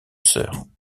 sœurs